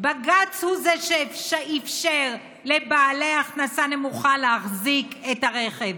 בג"ץ הוא זה שאפשר לבעלי הכנסה נמוכה להחזיק את הרכב.